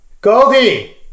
goldie